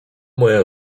moja